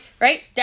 right